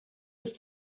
his